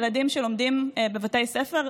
ילדים שלומדים בבתי ספר,